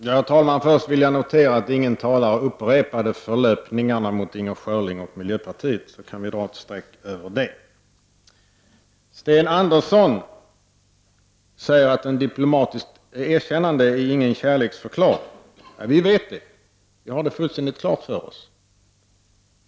Herr talman! Först vill jag notera att ingen talare upprepade förlöpningarna mot Inger Schörling och miljöpartiet, så vi kan dra ett streck över det. Sten Andersson säger att ett diplomatiskt erkännande inte är någon kärleksförklaring. Vi vet det. Vi har det fullständigt klart för oss.